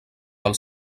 pel